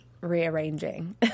rearranging